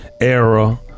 era